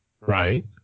Right